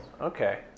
Okay